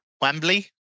Wembley